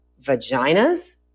vaginas